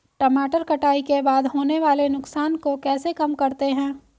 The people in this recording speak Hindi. टमाटर कटाई के बाद होने वाले नुकसान को कैसे कम करते हैं?